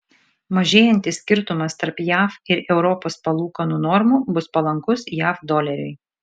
mažėjantis skirtumas tarp jav ir europos palūkanų normų bus palankus jav doleriui